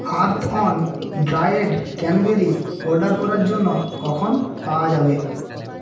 earth on dried cranberry order করার জন্য কখন পাওয়া যাবে